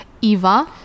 Eva